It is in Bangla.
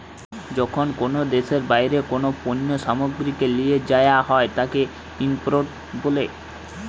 যখন কোনো দেশের বাইরে কোনো পণ্য সামগ্রীকে লিয়ে যায়া হয় তাকে ইম্পোর্ট বলে